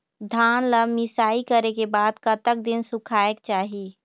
धान ला मिसाई करे के बाद कतक दिन सुखायेक चाही?